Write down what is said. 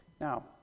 Now